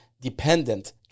dependent